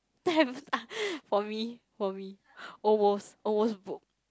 for me for me almost almost broke